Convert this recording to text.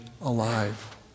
alive